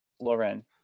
Lauren